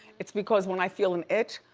it's because when i feel an itch,